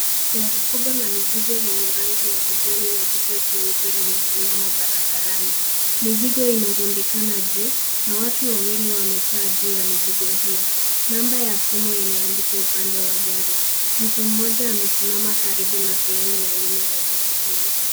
Gari kubwa la mizigo lenye rangi ya kijani na kichwa cheupe limesimama barabarani. Mizigo imerundikana juu na watu wawili wamekaa juu ya mizigo hiyo. Namba ya simu imeandikwa upande wa gari. Mtu mmoja amesimama karibu na sehemu ya nyuma ya gari hilo.